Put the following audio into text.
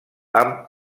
amb